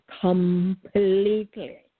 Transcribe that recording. Completely